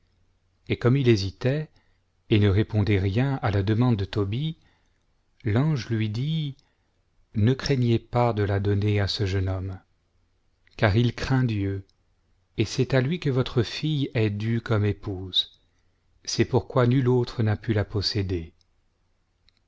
et comme il hésitait et ne répondait rien à la demande de tobie l'ange lui dit ne craignez pas de la donner à ce jeune homme car il craint dieu et c'est à lui que votre fille est due comme épouse c'est pourquoi nul autre n'a pu la posséder